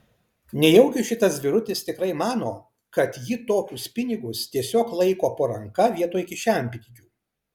nejaugi šitas vyrutis tikrai mano kad ji tokius pinigus tiesiog laiko po ranka vietoj kišenpinigių